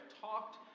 talked